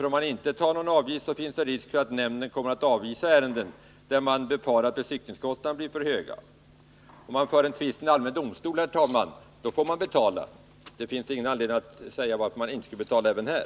Om man inte tar någon avgift finns det risk för att nämnden kommer att avvisa sådana ärenden där man befarar att besiktningskostnaderna blir för höga. Om man för en tvist till allmän domstol får man ju betala. Det finns ingen anledning att man inte skulle få betala även här.